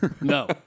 no